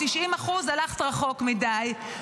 90% הלכת רחוק מדי,